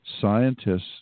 scientists